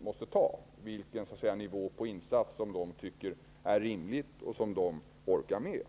måste fatta. De måste avgöra vilken nivå på insatsen som de tycker är rimlig och orkar med.